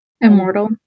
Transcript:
immortal